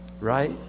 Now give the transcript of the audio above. right